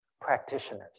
practitioners